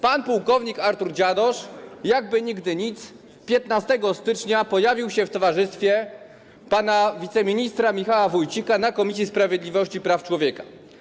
Pan płk Artur Dziadosz jakby nigdy nic 15 stycznia pojawił się w towarzystwie pana wiceministra Michała Wójcika na posiedzeniu Komisji Sprawiedliwości Praw Człowieka.